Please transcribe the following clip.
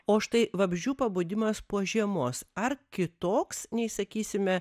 o štai vabzdžių pabudimas po žiemos ar kitoks nei sakysime